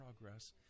Progress